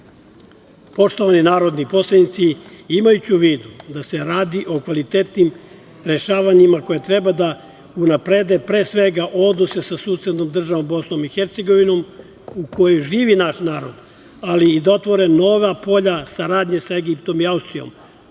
države. Poštovani narodni poslanici, imajući u vidu da se radi o kvalitetnim rešavanjima koja treba da unaprede pre svega odnose sa susednom državom BiH u kojoj živi naš narod, ali i da otvore nova polja saradnje sa Egiptom i Austrijom,